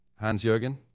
Hans-Jürgen